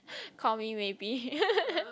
call me maybe